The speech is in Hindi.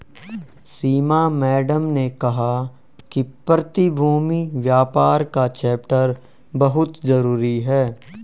सीमा मैडम ने कहा कि प्रतिभूति व्यापार का चैप्टर बहुत जरूरी है